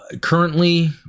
currently